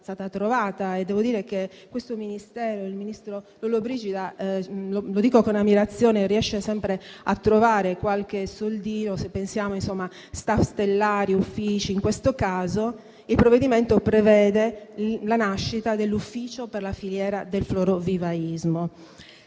e devo dire che il ministro Lollobrigida - lo dico con ammirazione - riesce sempre a trovare qualche soldino, se pensiamo a *staff* stellari e uffici. In questo caso il provvedimento prevede la nascita di un ufficio per la filiera del florovivaismo,